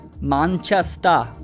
Manchester